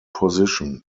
position